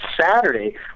Saturday